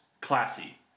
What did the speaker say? classy